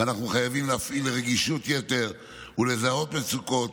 ואנחנו חייבים להפעיל רגישות יתר ולזהות מצוקות,